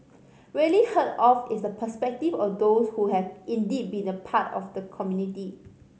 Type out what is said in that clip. rarely heard of is the perspective of those who have indeed been a part of the community